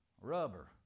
rubber